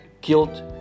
guilt